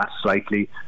slightly